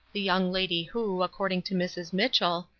the young lady who, according to mrs. mitchell,